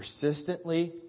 persistently